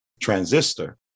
transistor